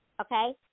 okay